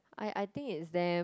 I I think it's them